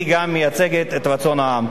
ומייצגת את רצון העם.